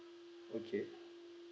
okay